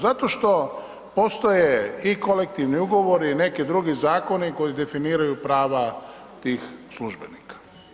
Zato što postoje i kolektivni ugovori i neki drugi zakoni koji definiraju prava tih službenika.